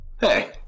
hey